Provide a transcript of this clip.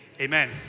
Amen